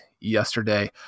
yesterday